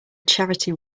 charity